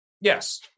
Yes